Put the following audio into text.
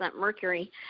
mercury